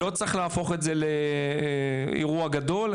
לא צריך להפוך את זה לאירוע גדול,